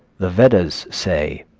the vedas say,